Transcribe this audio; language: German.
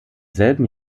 selben